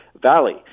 Valley